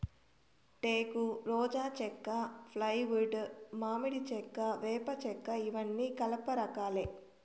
టేకు, రోజా చెక్క, ఫ్లైవుడ్, మామిడి చెక్క, వేప చెక్కఇవన్నీ కలప రకాలే